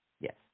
Yes